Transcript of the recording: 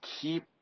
keep